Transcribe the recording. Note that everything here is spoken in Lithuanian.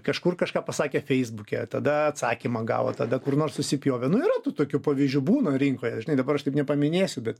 kažkur kažką pasakė feisbuke tada atsakymą gavo tada kur nors susipjovė nu yra tokių pavyzdžių būna rinkoje žinai dabar aš taip nepaminėsiu bet